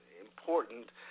important